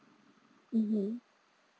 mmhmm